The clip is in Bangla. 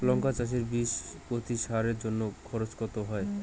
লঙ্কা চাষে বিষে প্রতি সারের জন্য খরচ কত হয়?